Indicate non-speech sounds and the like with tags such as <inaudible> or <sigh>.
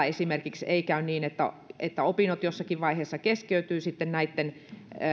<unintelligible> esimerkiksi ei käy niin että että opinnot jossakin vaiheessa keskeytyvät näitten